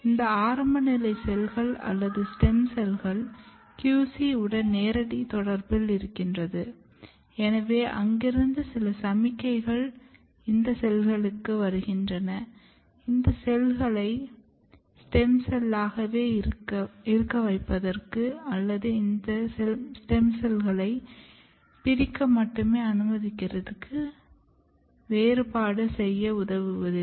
இந்த ஆரம்ப நிலை செல்கள் அல்லது ஸ்டெம் செல்கள் QC உடன் நேரடி தொடர்பில் இருக்கிறது எனவே அங்கிருந்து சில சமிக்ஞைகள் இந்த செல்களுக்கு வருகின்றது இந்த செல்களை ஸ்டெம் செல்லாகவே இருக்க வைப்பதற்க்கு அல்லது இந்த செல்களை பிரிக்க மட்டுமே அனுமதிக்கிறது வேறுபாடு செய்ய உதவுவதில்லை